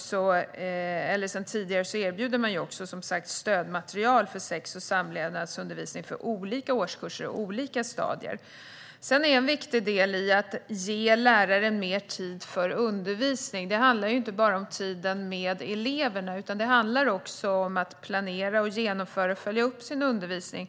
Sedan tidigare erbjuder man också som sagt stödmaterial för sex och samlevnadsundervisning för olika årskurser och olika stadier. En viktig del är att ge lärare mer tid för undervisning. Det handlar inte bara om tiden med eleverna, utan det handlar också om att hinna planera, genomföra och följa upp sin undervisning.